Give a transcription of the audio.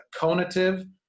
conative